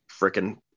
freaking